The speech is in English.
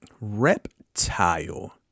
Reptile